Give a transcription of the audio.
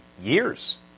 years